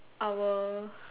our